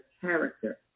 character